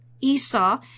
Esau